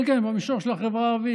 כן, כן, במישור של החברה הערבית.